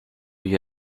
you